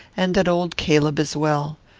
and that old caleb is well.